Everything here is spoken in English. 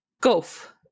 golf